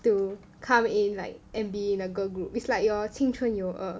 to come in like and be in a girl group is like your 青春幼儿